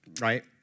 right